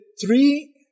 three